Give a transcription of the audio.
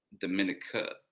Dominica